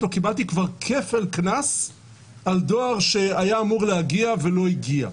קיבלתי כבר כפל קנס על דואר שהיה אמור להגיע ולא הגיע.